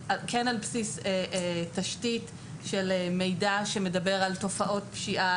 כן על בסיס תשתית של מידע שמדבר על תופעות פשיעה,